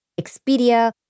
Expedia